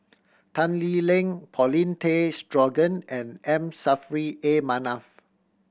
Tan Lee Leng Paulin Tay Straughan and M Saffri A Manaf